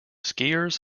skiers